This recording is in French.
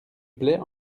plait